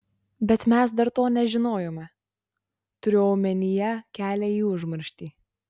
bet mes dar to nežinojome turiu omenyje kelią į užmarštį